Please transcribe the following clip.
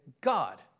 God